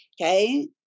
okay